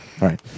Right